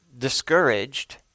discouraged